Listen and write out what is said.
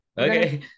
Okay